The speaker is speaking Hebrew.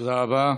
תודה רבה.